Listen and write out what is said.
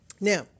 Now